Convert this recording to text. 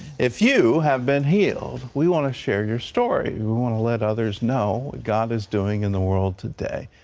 if you have been healed, we want to share your story. we want to let others know what god is doing in the world today.